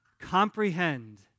comprehend